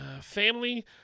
family